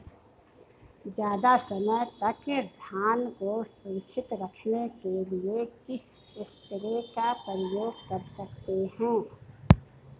ज़्यादा समय तक धान को सुरक्षित रखने के लिए किस स्प्रे का प्रयोग कर सकते हैं?